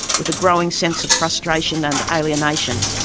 with a growing sense of frustration and alienation,